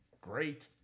Great